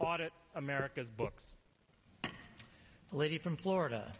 audit america's books a lady from florida